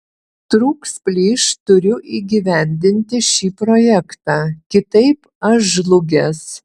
trūks plyš turiu įgyvendinti šį projektą kitaip aš žlugęs